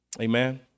amen